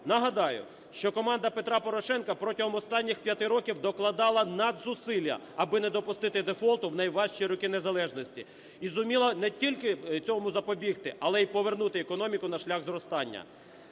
Нагадаю, що команда Петра Порошенка протягом останніх п'яти років докладала надзусилля, аби не допустити дефолту в найважчі роки незалежності і зуміла не тільки цьому запобігти, але й повернути економіку на шлях зростання.